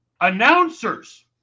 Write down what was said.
Announcers